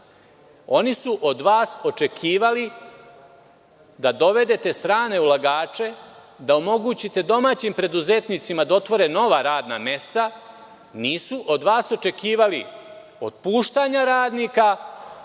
Oni su od vas očekivali da dovedete strane ulagače, da omogućite domaćim preduzetnicima da otvore nova radna mesta. Nisu od vas očekivali otpuštanja radnika,